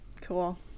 Cool